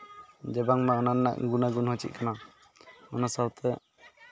ᱡᱮ ᱵᱟᱝᱢᱟ ᱚᱱᱟ ᱨᱮᱱᱟᱜ ᱜᱩᱱᱟ ᱜᱩᱱ ᱦᱚᱸ ᱪᱮᱫ ᱠᱟᱱᱟ ᱚᱱᱟ ᱥᱟᱶᱛᱮ